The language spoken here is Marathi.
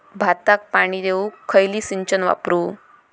भाताक पाणी देऊक खयली सिंचन वापरू?